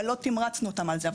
אבל לא תמרצנו אותם על זה.